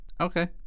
okay